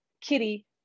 kitty